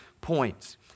points